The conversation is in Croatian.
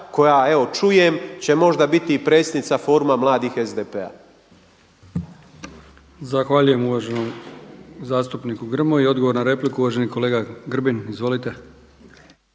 koja evo čujem će možda biti i predsjednica Foruma mladih SDP-a.